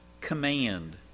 command